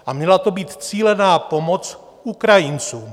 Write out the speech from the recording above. A měla to být cílená pomoc Ukrajincům.